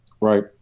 right